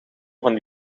van